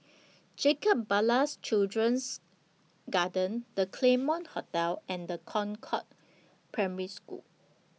Jacob Ballas Children's Garden The Claremont Hotel and The Concord Primary School